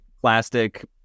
plastic